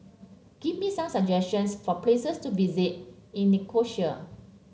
give me some suggestions for places to visit in Nicosia